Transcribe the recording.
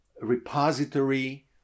repository